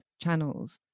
channels